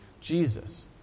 Jesus